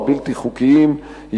הבלתי-חוקיים,